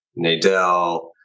Nadell